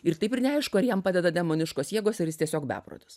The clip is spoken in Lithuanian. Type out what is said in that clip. ir taip ir neaišku ar jam padeda demoniškos jėgos ar jis tiesiog beprotis